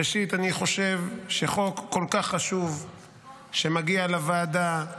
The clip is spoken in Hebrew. ראשית אני חושב שזה חוק כל כך חשוב שמגיע לוועדה,